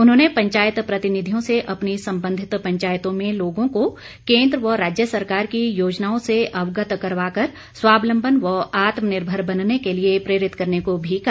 उन्होंने पंचायत प्रतिनिधियों से अपनी संबंधित पंचायतों में लोगों को केन्द्र व राज्य सरकार की योजनाओं से अवगत करवाकर स्वाबलंबन व आत्मनिर्भर बनने के लिए प्रेरित करने को भी कहा